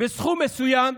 בסכום מסוים,